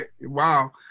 wow